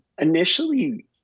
initially